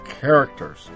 characters